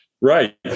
Right